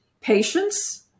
patience